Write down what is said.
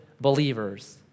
believers